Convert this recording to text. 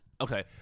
Okay